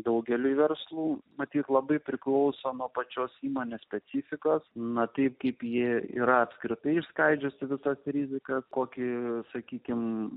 daugeliui verslų matyt labai priklauso nuo pačios įmonės specifikos numatyti kaip ji yra apskritai išskaidžius visas rizikas kokį sakykime